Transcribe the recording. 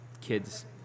kids